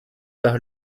par